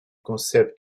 concepts